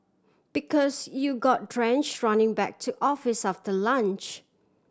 because you got drench running back to office after lunch